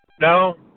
No